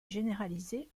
généralisée